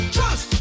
Trust